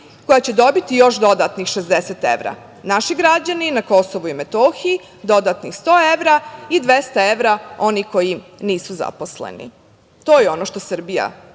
koja će dobiti još dodatnih 60 evra. Naši građani na KiM, dodatnih 100 evra, i 200 evra oni koji nisu zaposleni. To je ono što Srbija